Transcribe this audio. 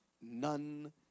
None